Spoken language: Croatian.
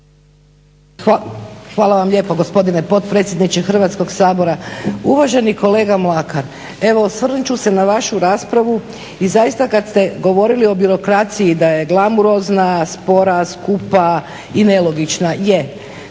Hvala vam lijepo gospodine potpredsjedniče Hrvatskog sabora. Uvaženi kolega Mlakar, evo osvrnut ću se na vašu raspravu i zaista kada ste govorili o birokraciji da je glamurozna, spora, skupa i nelogična, je.